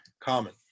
common